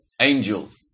angels